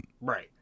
Right